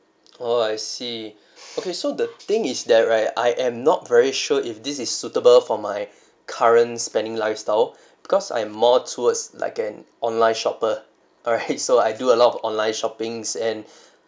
orh I see okay so the thing is that right I am not very sure if this is suitable for my current spending lifestyle because I'm more towards like an online shopper alright so I do a lot of online shopping and